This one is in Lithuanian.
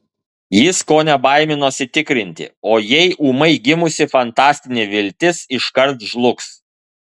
jis kone baiminosi tikrinti o jei ūmai gimusi fantastinė viltis iškart žlugs